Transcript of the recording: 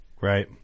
Right